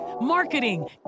marketing